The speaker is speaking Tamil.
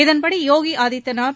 இதன்படி யோகி ஆதித்யநாத்